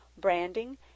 branding